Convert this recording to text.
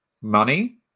money